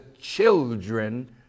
children